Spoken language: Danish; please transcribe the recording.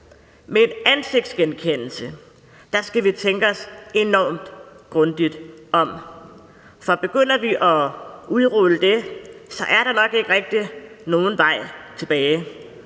Med ansigtsgenkendelse skal vi tænke os enormt grundigt om, for begynder vi at udrulle det, er der nok ikke rigtig nogen vej tilbage.